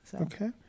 Okay